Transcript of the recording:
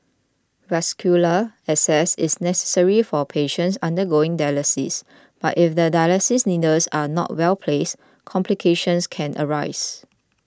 vascular access is necessary for patients undergoing dialysis but if the dialysis needles are not well placed complications can arise